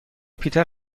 پیتر